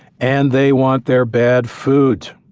and they want their bad food.